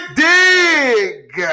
dig